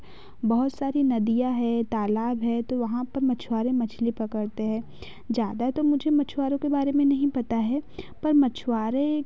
बहुत सारी नदियाँ हैं तालाब है तो वहाँ पर मछुआरे मछली पकड़ते हैं ज़्यादा तो मुझे मछुआरो के बारे में नहीं पता है पर मछुआरे